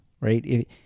right